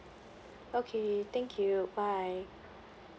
okay thank you bye